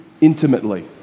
intimately